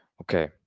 Okay